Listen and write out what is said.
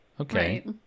Okay